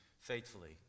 faithfully